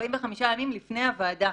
45 ימים לפני הוועדה.